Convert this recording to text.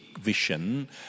vision